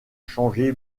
changé